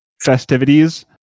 festivities